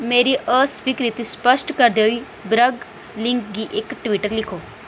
मेरी अस्वीकृति स्पश्ट करदे होई बर्ग किंग गी इक ट्वीट लिखो